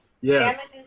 Yes